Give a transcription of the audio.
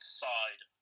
side